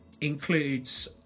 includes